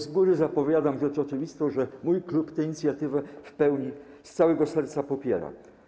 Z góry zapowiadam rzecz oczywistą, że mój klub tę inicjatywę w pełni i z całego serca popiera.